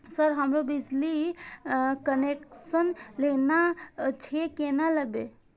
Sir हमरो बिजली connection लेना छे केना लेबे?